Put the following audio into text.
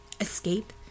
Escape